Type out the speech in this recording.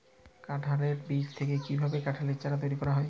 কাঁঠালের বীজ থেকে কীভাবে কাঁঠালের চারা তৈরি করা হয়?